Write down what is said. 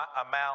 amount